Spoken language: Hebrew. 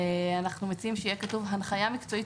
אנחנו מציעים שיהיה כתוב: הנחיה מקצועית